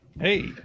Hey